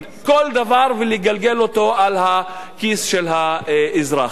כל דבר ולגלגל אותו על הכיס של האזרח.